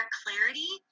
clarity